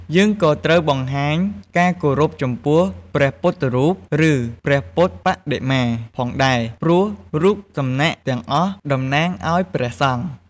យើងក៏ត្រូវបង្ហាញការគោរពចំពោះព្រះពុទ្ធរូបឬ ព្រះពុទ្ធបដិមា ផងដែរ ព្រោះរូបសំណាកទាំងអស់តំណាងឲ្យព្រះសង្ឃ។